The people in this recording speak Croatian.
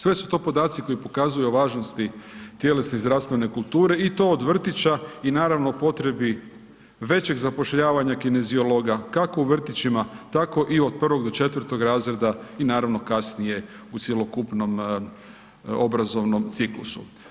Sve su to podaci koji pokazuju važnosti tjelesne i zdravstvene kulture i to od vrtića i naravno, potrebi većeg zapošljavanja kineziologa, kako u vrtićima, tako i od 1.-4. razreda i naravno kasnije u cjelokupnom obrazovnom ciklusu.